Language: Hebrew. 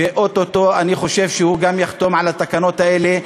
ואני חושב שאו-טו-טו הוא גם יחתום על התקנות האלה.